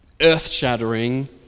earth-shattering